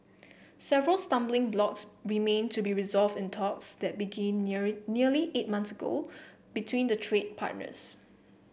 several stumbling blocks remain to be resolve in talks that began nearly eight months ago between the trade partners